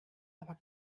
aber